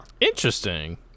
interesting